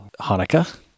Hanukkah